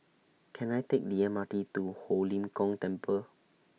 Can I Take The M R T to Ho Lim Kong Temple